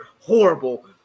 horrible